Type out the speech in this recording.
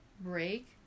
break